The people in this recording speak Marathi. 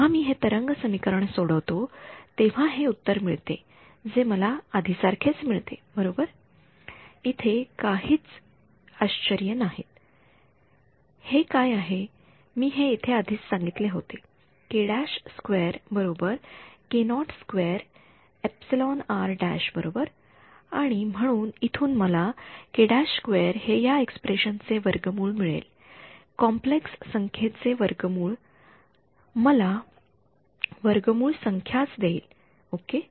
जेव्हा मी हे तरंग समीकरण सोडवतो तेव्हा हे उत्तर मिळते जे मला आधी सारखेच मिळते बरोबर इथे काहीच आश्चर्ये नाहीत हे काय आहे मी हे इथे आधीच सांगितले होते बरोबर आणि म्हणून इथून मलाहे या एक्स्प्रेशन चे वर्गमूळ मिळेल कॉम्प्लेक्स संख्येचे वर्गमूळ मला वर्गमूळ संख्याच देईल ओके